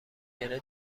گـره